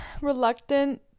reluctant